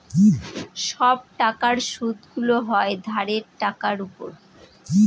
সব টাকার সুদগুলো হয় ধারের টাকার উপর